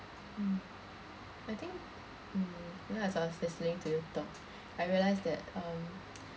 mm I think mm you know as I was listening to you talk I realised that um